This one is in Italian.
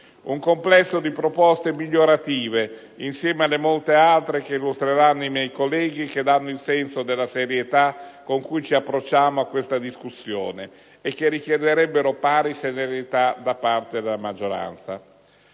un complesso di proposte migliorative, insieme alle molte altre che illustreranno i miei colleghi, che danno il senso della serietà con cui approcciamo questa discussione, e che richiederebbero pari serietà da parte della maggioranza.